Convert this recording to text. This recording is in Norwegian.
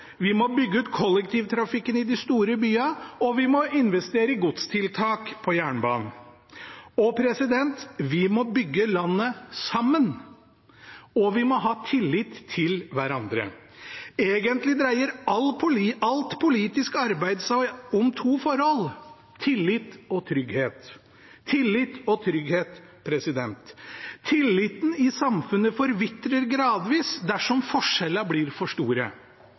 vi må bygge ut kollektivtrafikken i de store byene, og vi må investere i godstiltak på jernbanen. Vi må bygge landet sammen, og vi må ha tillit til hverandre. Egentlig dreier alt politisk arbeid seg om to forhold: tillit og trygghet. Tilliten i samfunnet forvitrer gradvis dersom forskjellene blir for store.